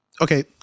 Okay